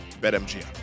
betmgm